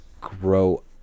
grow